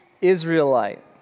Israelite